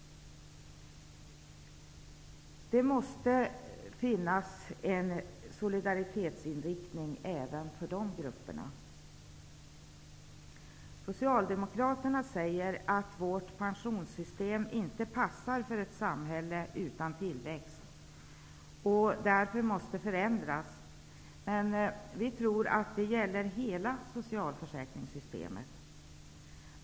Det måste finnas solidaritet riktad även mot dessa grupper. Socialdemokraterna säger att det nuvarande pensionssystemet inte passar för ett samhälle utan tillväxt. Därför måste det förändras. Men vi i Vänsterpartiet tror att detta gäller hela socialförsäkringssystemet.